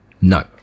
No